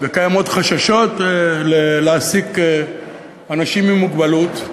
וקיימים חששות להעסיק אנשים עם מוגבלות.